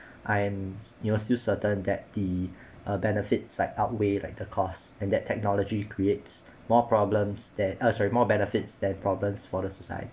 I am you know still certain that the uh benefits like outweigh like the cost and that technology creates more problems that uh sorry more benefits than problems for the society